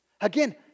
Again